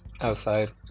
outside